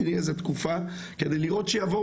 תני איזה תקופה כדי לראות שיבואו,